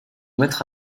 mettre